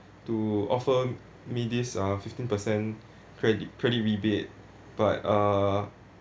to offer me this uh fifteen percent credit credit rebate but uh